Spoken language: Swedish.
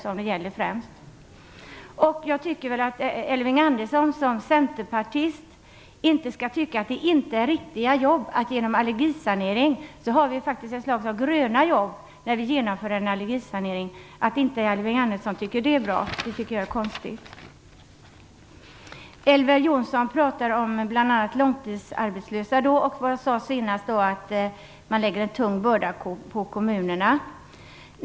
Elving Andersson borde inte, som centerpartist, tycka att allergisaneringen inte ger riktiga jobb. Det blir ju ett slags gröna jobb, och det är konstigt att Elving Andersson inte tycker att det är bra. Elver Jonsson pratar bl.a. om de långtidsarbetslösa och säger att man lägger en tung börda på kommunerna.